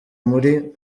muri